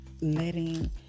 letting